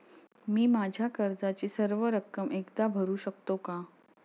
मी माझ्या कर्जाची सर्व रक्कम एकदा भरू शकतो का?